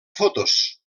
fotos